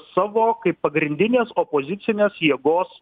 savo kaip pagrindinės opozicinės jėgos